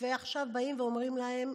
ועכשיו באים ואומרים להם: